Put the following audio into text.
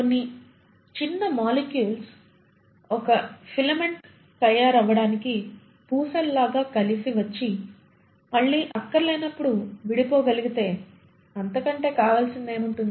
కొన్ని చిన్న మాలిక్యూల్స్ ఒక ఫిలమెంట్ తయారు అవ్వడానికి పూసల లాగా కలిసి వచ్చి మల్లి అక్కరలేనప్పుడు విడిపోగలిగితే అంతకన్నా కావలసినది ఏముంటుంది